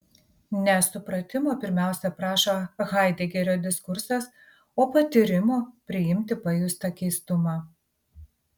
ne supratimo pirmiausia prašo haidegerio diskursas o patyrimo priimti pajustą keistumą